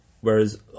whereas